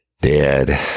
dead